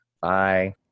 Bye